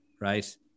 right